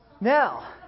Now